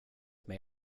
may